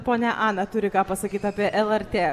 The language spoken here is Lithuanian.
ponia ana turi ką pasakyt apie lrt